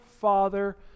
father